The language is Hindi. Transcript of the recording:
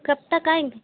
कब तक आएंगे